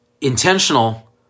intentional